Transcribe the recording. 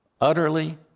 utterly